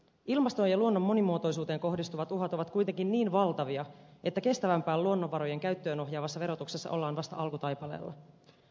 ilmastoon ja luonnon monimuotoisuuteen kohdistuvat uhat ovat kuitenkin niin valtavia että kestävämpään luonnonvarojen käyttöön ohjaavassa verotuksessa ollaan vasta alkutaipaleella